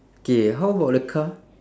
K how about the car